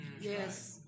Yes